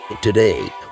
Today